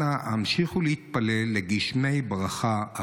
אנא המשיכו להתפלל לגשמי ברכה.